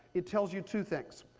it tells you two things.